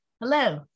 Hello